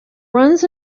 runs